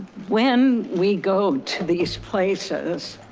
when we go to these places,